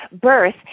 birth